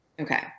Okay